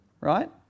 right